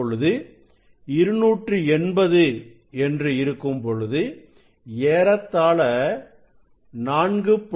இப்பொழுது 280 என்று இருக்கும்போது ஏறத்தாள 4